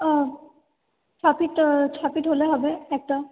ও ছ ফিট ছ ফিট হলে হবে একটা